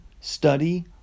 study